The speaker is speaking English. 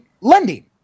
lending